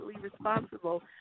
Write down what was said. responsible